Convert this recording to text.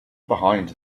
behind